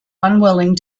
unwilling